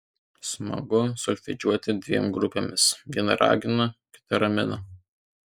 smagu solfedžiuoti dviem grupėmis viena ragina kita ramina